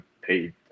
paid